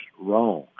wrong